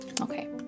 Okay